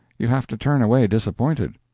you have to turn away disappointed.